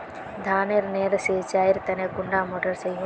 धानेर नेर सिंचाईर तने कुंडा मोटर सही होबे?